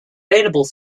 available